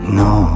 no